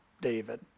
David